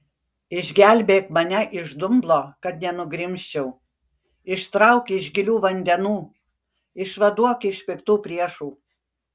išgelbėk mane iš dumblo kad nenugrimzčiau ištrauk iš gilių vandenų išvaduok iš piktų priešų